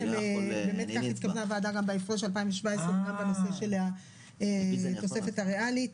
שבאמת כך התכוונה הוועדה גם בהפרש 2017 וגם בנושא של התוספת הריאלית.